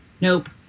nope